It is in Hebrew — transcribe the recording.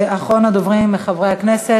אחרון הדוברים מחברי הכנסת,